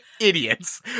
idiots